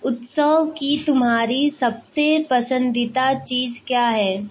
उत्सव की तुम्हारी सबसे पसन्दीदा चीज़ क्या है